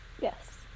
Yes